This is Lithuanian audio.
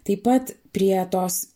taip pat prie tos